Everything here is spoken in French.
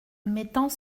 mettant